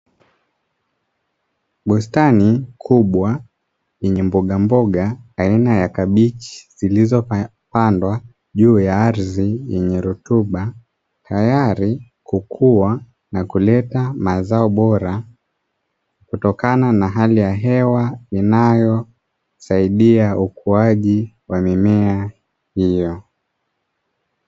Bustani kubwa yenye mbogamboga aina ya kabichi zilizopandwa juu ya ardhi yenye rutuba, tayari kukua na kuleta mazao bora kutokana na hali ya hewa inayosaidia ukuaji wa mimea hiyo.